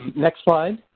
next slide.